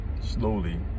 slowly